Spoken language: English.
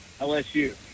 LSU